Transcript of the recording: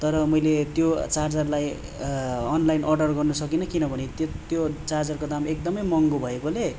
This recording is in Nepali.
तर मैले त्यो चार्जरलाई अनलाइन अर्डर गर्न सकिनँ किनभने त्यो चार्जरको दाम एकदमै महँगो भएकोले